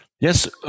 Yes